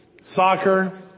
Soccer